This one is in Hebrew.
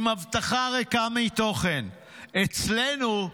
עם הבטחה ריקה מתוכן: אצלנו,